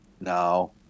No